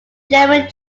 german